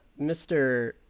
Mr